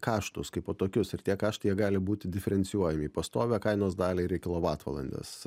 kaštus kaipo tokius ir tie kaštai jie gali būti diferencijuojami į pastovią kainos dalį ir į kilovatvalandes